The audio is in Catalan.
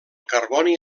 carboni